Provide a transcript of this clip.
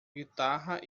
guitarra